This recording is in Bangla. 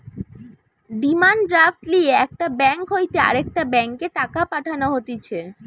ডিমান্ড ড্রাফট লিয়ে একটা ব্যাঙ্ক হইতে আরেকটা ব্যাংকে টাকা পাঠানো হতিছে